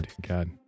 God